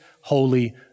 holy